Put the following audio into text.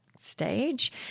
stage